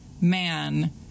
man